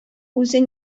үзе